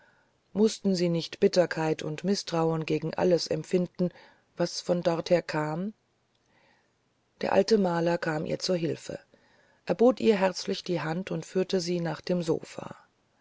mußten sie nicht bitterkeit und mißtrauen gegen alles empfinden was von dorther kam der alte maler kam ihr zu hilfe er bot ihr herzlich die hand und führte sie nach dem sofa